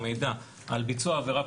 או מידע על ביצוע עבירה פלילית,